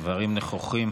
דברים נכוחים.